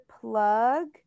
plug